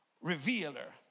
revealer